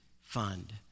fund